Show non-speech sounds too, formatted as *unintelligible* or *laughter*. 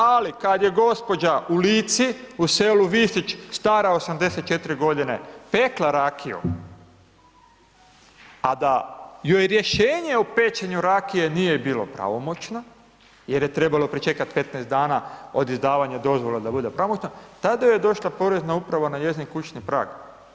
Ali, kada je gđa. u Lici, u selu … *unintelligible* stara 84 godine pekla rakiju, a da joj rješenje o pečenju rakije nije bila pravomoćna, jer je trebalo pričekati 15 dana, od izdavanje dozvole da bude pravomoćna, tada joj je došla Porezna uprava na njezin kućni prag.